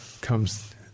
comes